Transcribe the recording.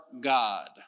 God